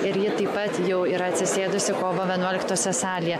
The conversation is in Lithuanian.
ir ji taip pat jau yra atsisėdusi kovo vienuoliktosios salėje